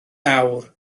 awr